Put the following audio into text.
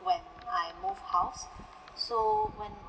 when I moved house so when